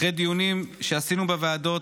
אחרי דיונים שקיימנו בוועדות,